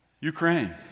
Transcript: Ukraine